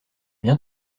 bien